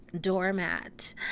doormat